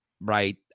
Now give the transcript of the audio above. right